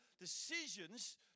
Decisions